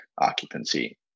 occupancy